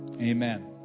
amen